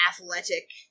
athletic